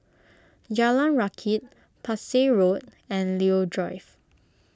Jalan Rakit Parsi Road and Leo Drive